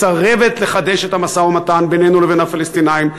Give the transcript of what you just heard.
מסרבת לחדש את המשא-ומתן בינינו לבין הפלסטינים,